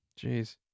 Jeez